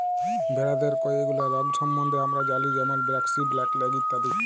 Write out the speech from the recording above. ভেরাদের কয়ে গুলা রগ সম্বন্ধে হামরা জালি যেরম ব্র্যাক্সি, ব্ল্যাক লেগ ইত্যাদি